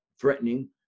threatening